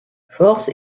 force